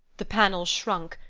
the panels shrunk,